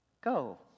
Go